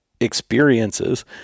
experiences